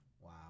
Wow